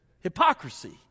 Hypocrisy